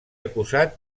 acusat